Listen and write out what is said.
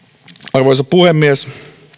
arvoisa puhemies